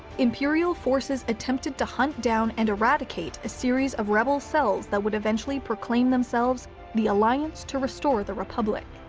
imperial forces attempted to hunt down and eradicate a series of rebel cells that would eventually proclaim themselves the alliance to restore the republic.